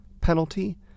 penalty